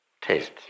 taste